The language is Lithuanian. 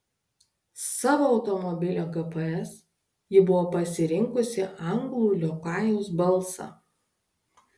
savo automobilio gps ji buvo pasirinkusi anglų liokajaus balsą